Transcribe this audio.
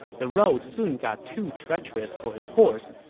the road soon got too treacherous for his horse,